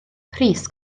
pris